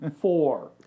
four